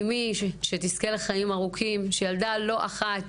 אמי שתזכה לחיים ארוכים שילדה לא אחת,